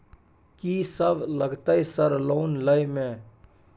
कि सब लगतै सर लोन लय में?